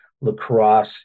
lacrosse